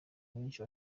benshi